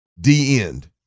D-end